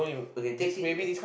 okay take things